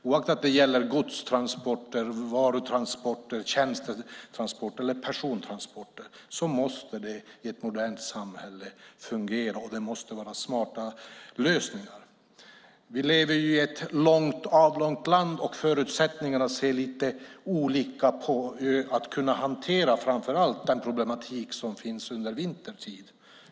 Oavsett om det gäller godstransporter, varutransporter, tjänstetransporter eller persontransporter måste det i ett modernt samhälle fungera, och det måste vara smarta lösningar. Vi lever i ett avlångt land, och förutsättningarna ser lite olika ut vad gäller möjligheten att hantera den problematik som finns framför allt vintertid.